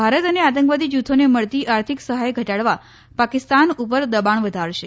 ભારત આતંકવાદી જુથોને મળતી આર્થિક સહાય ઘટાડવા પાકિસ્તાન ઉપર દબાણ વધારશે